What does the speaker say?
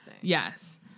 yes